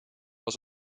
was